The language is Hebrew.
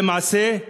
זה מעשה,